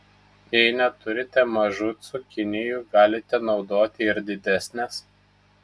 jei neturite mažų cukinijų galite naudoti ir didesnes